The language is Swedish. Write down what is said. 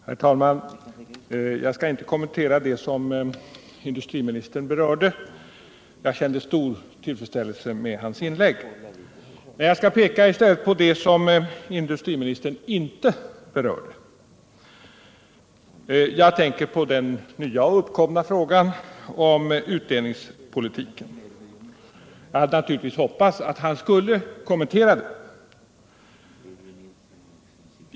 Herr talman! Jag skall inte kommentera det som industriministern berörde. Jag kände stor tillfredsställelse med hans inlägg. Jag skall i stället peka på det som industriministern inte berörde. Jag tänker på den uppkomna frågan om utdelningspolitiken. Jag hade naturligtvis hoppats att industriministern skulle kommentera detta.